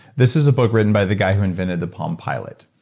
this is a book written by the guy who invented the palm pilot.